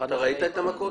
אתה ראית את המכות?